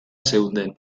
zeuden